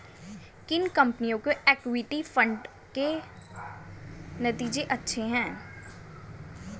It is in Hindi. किन कंपनियों के इक्विटी फंड के नतीजे अच्छे हैं?